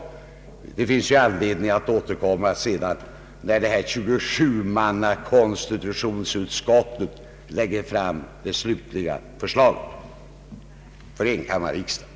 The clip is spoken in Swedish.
Det finns möjlighet att återkomma till denna fråga när det nya 27-mannakonstitutionsutskottet lägger fram det slutliga förslaget för enkammarriksdagen.